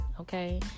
okay